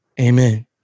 Amen